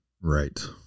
Right